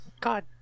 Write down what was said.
God